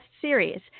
series